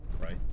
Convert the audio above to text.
right